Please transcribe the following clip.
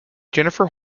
jennifer